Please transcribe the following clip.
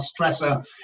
stressor